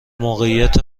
موقعیت